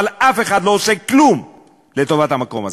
אבל אף אחד, לא עושה כלום לטובת המקום הזה.